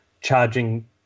charging